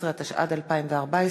19), התשע"ד 2014,